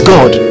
God